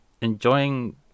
enjoying